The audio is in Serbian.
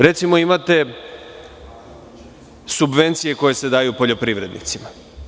Recimo, imate subvencije koje se daju poljoprivrednicima.